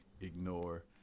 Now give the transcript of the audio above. ignore